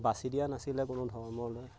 বাছি দিয়া নাছিলে কোনো ধৰ্মলৈ